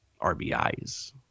RBIs